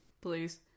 please